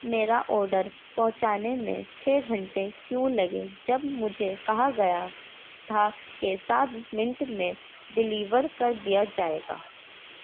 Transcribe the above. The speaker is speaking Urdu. میرا آڈر پہنچانے میں چھ گھنٹے کیوں لگے جب مجھے کہا گیا تھا کہ سات منٹ میں ڈیلیور کر دیا جائے گا